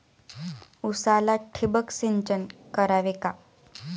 उसाला ठिबक सिंचन करावे का?